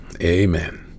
Amen